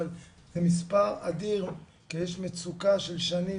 אבל זה מספר אדיר כי יש מצוקה של שנים